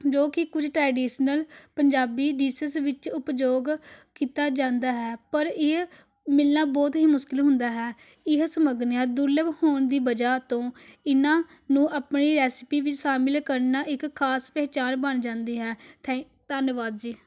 ਜੋ ਕਿ ਕੁਝ ਟ੍ਰੈਡਿਸਨਲ ਪੰਜਾਬੀ ਡਿਸਿਸ ਵਿੱਚ ਉਪਯੋਗ ਕੀਤਾ ਜਾਂਦਾ ਹੈ ਪਰ ਇਹ ਮਿਲਣਾ ਬਹੁਤ ਹੀ ਮੁਸਕਿਲ ਹੁੰਦਾ ਹੈ ਇਹ ਸਮੱਗਰੀਆਂ ਦੁਰਲੱਭ ਹੋਣ ਦੀ ਵਜਹਾ ਤੋਂ ਇਹਨਾਂ ਨੂੰ ਆਪਣੀ ਰੈਸਪੀ ਵਿੱਚ ਸ਼ਾਮਿਲ ਕਰਨਾ ਇੱਕ ਖ਼ਾਸ ਪਹਿਚਾਣ ਬਣ ਜਾਂਦੀ ਹੈ ਥੈਂਕ ਧੰਨਵਾਦ ਜੀ